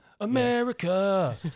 America